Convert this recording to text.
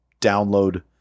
download